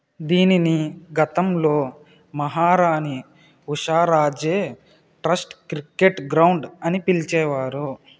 దీనిని గతంలో Maharani Usharaje trust cricket ground అని పిలిచేవారు